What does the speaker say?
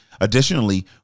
Additionally